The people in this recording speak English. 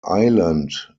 island